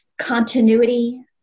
continuity